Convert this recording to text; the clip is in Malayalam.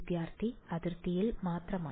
വിദ്യാർത്ഥി അതിർത്തിയിൽ മാത്രമാണ്